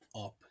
up